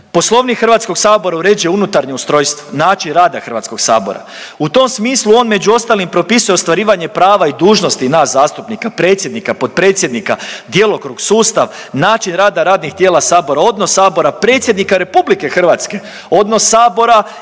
Poslovnik HS uređuje unutarnje ustrojstvo, način rada HS. U tom smislu on među ostalim propisuje ostvarivanje prava i dužnosti nas zastupnika, predsjednika, potpredsjednika, djelokrug, sustav, način rada radnih tijela sabora, odnos sabora i predsjednika RH, odnos sabora i